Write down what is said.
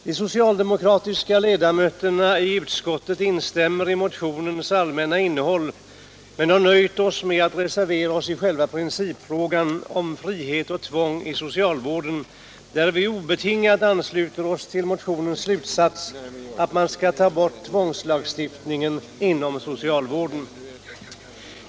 De socialdemokratiska ledamöterna i utskottet instämmer i motionens allmänna innehåll, men vi har nöjt oss med att reservera oss i själva principfrågan om frihet och tvång i socialvården, där vi obetingat ansluter oss till motionens slutsats att man skall ta bort tvångslagstiftningen inom socialvården.